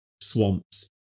swamps